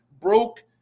broke